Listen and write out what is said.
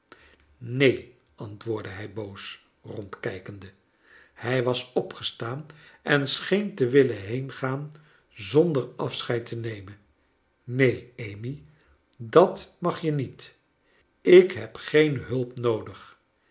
neen antwoordde hij boos rondkijkende hij was opgestaan en ficheen te willen heengaan zonder afseheid te nemen neen amy dat mag je niet ik heb geen hulp noodig